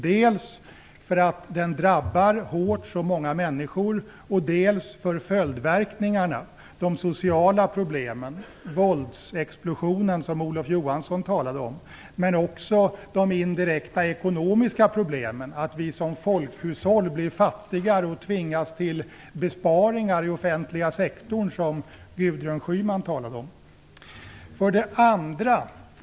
Dels på grund av att den drabbar så många människor hårt, dels på grund av följdverkningarna, t.ex. de sociala problemen och våldsexplosionen, som Olof Johansson talade om. Men också på grund av de ekonomiska indirekta problemen, att vi som folkhushåll blir fattigare och tvingas till besparingar i den offentliga sektorn, som Gudrun Schyman talade om.